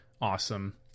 Awesome